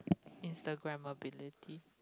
Instagram ability